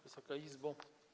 Wysoka Izbo!